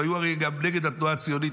הם היו הרי גם נגד התנועה הציונית,